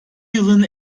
yılın